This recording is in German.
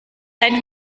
dein